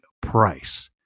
price